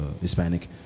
Hispanic